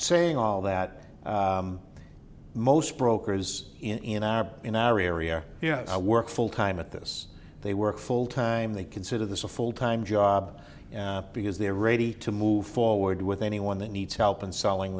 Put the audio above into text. saying all that most brokers in our in our area you know i work full time at this they work full time they consider this a full time job because they're ready to move forward with anyone that needs help and selling